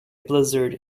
blizzard